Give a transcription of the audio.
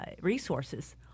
resources